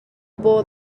por